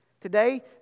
Today